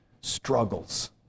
struggles